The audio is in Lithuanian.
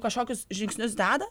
kažkokius žingsnius deda